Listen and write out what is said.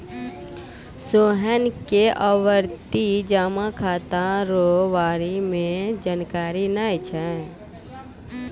सोहन के आवर्ती जमा खाता रो बारे मे जानकारी नै छै